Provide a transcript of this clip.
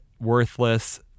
worthless